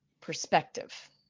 perspective